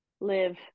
live